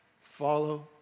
Follow